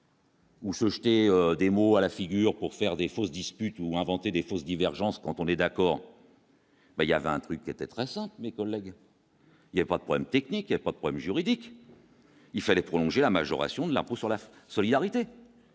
Ou s'acheter des mots à la figure, pour faire des fausses disputes ou inventer fausses divergences quant on est d'accord. Il y avait un truc qui était très mais collègues. Il y a pas de problèmes techniques, il y a pas de problème juridique. Il fallait prolonger la majoration de l'impôt sur la solidarité.